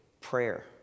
prayer